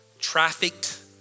trafficked